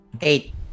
Eight